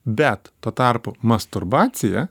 bet tuo tarpu masturbacija